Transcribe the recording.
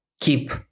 keep